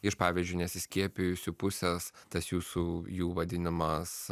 iš pavyzdžiui nesiskiepijusių pusės tas jūsų jų vadinimas